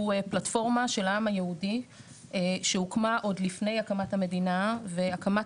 פלטפורמה של העם היהודי שהוקמה עוד לפני הקמת המדינה והקמת